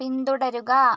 പിന്തുടരുക